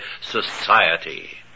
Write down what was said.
society